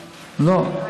לא.